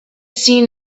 seen